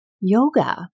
Yoga